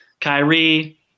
Kyrie